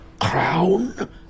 Crown